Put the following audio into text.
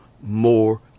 more